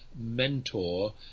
mentor